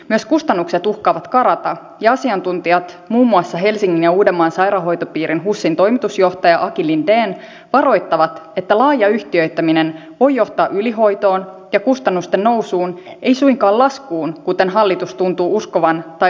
myös kustannukset uhkaavat karata ja asiantuntijat muun muassa helsingin ja uudenmaan sairaanhoitopiirin husin toimitusjohtaja aki linden varoittavat että laaja yhtiöittäminen voi johtaa ylihoitoon ja kustannusten nousuun ei suinkaan laskuun kuten hallitus tuntuu uskovan tai ainakin kertovan